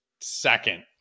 second